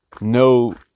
no